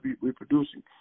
reproducing